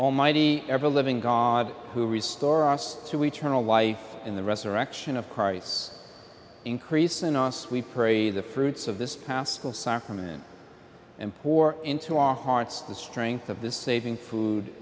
almighty ever living god who resorts to eternal life in the resurrection of christ increase in us we pray the fruits of this past will sacrament and poor into our hearts the strength of this saving food